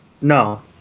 No